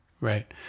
right